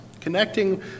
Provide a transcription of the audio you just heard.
connecting